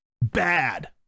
bad